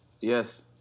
Yes